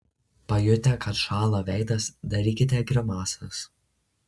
pajutę kad šąla veidas darykite grimasas